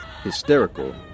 Hysterical